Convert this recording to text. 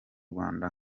rwanda